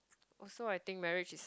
also I think marriage is